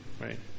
right